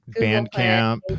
Bandcamp